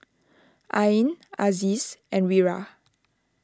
Ain Aziz and Wira